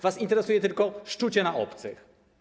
Was interesuje tylko szczucie na obcych.